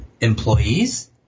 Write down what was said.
employees